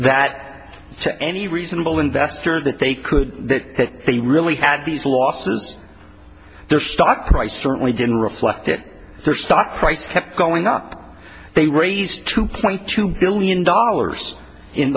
to any reasonable investor that they could that they really had these losses their stock price certainly didn't reflect it their stock price kept going up they raised two point two billion dollars in